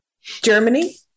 Germany